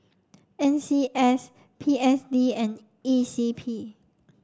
N C S P S D and E C P